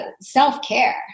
self-care